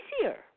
easier